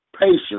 patience